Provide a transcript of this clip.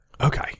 Okay